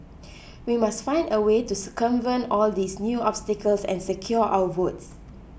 we must find a way to circumvent all these new obstacles and secure our votes